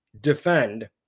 defend